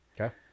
okay